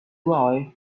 boy